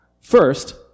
First